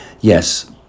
Yes